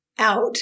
out